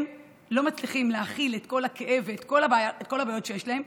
הם לא מצליחים להכיל את כל הכאב ואת כל הבעיות שיש להם,